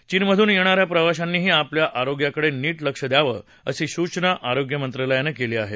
चीनमधून येणाऱ्या प्रवाशांनीही आपल्या आरोग्याकडे नीट लक्ष द्यावं अशी सूचना आरोग्य मंत्रालयानं केली आहे